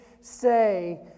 say